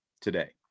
today